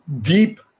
deep